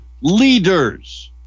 leaders